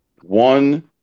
one